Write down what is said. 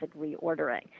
reordering